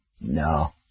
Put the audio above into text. no